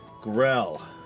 Grell